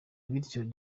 bityo